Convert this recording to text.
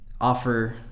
offer